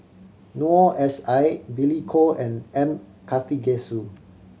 Noor S I Billy Koh and M Karthigesu